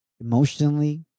emotionally